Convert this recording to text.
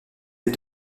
des